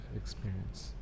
experience